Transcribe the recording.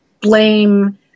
blame